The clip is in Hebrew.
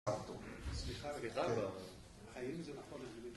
סליחה רגע רגע